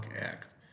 act